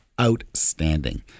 outstanding